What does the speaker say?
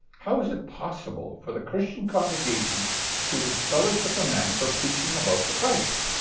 how is it possible for the christian congregation to disfellowship a man for preaching about the christ?